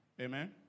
amen